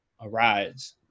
arise